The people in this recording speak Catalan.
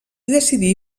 decidí